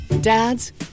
Dads